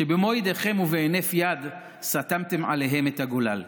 שבמו ידיכם ובהינף יד סתמתם עליהם את הגולל.